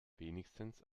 wenigstens